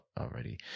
already